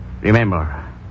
remember